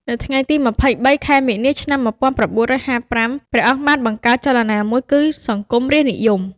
នៅថ្ងៃទី២៣ ខែមីនា ឆ្នាំ១៩៥៥ ព្រះអង្គបានបង្កើតចលនាមួយ គឺ សង្គមរាស្ត្រនិយម។